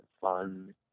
fun